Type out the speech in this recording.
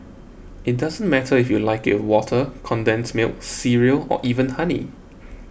it doesn't matter if you like it water condensed milk cereal or even honey